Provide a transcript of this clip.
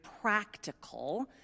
practical